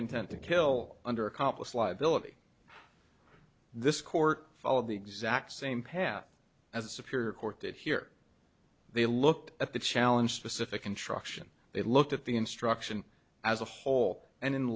intent to kill under accomplice liability this court followed the exact same path as a superior court did here they looked at the challenge specific instruction they looked at the instruction as a whole and in